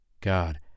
God